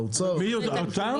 האוצר?